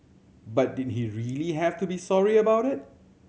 but did he really have to be sorry about it